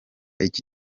iki